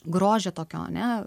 grožio tokio ane